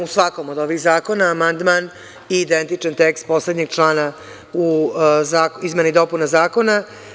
U svakom od ovih zakona amandman i identičan tekst poslednjeg člana izmena i dopuna zakona.